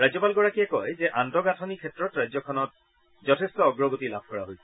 ৰাজ্যপালগৰাকীয়ে কয় যে আন্তঃগাঁথনি ক্ষেত্ৰত ৰাজ্যখনত যথেষ্ট অগ্ৰগতি লাভ কৰিছে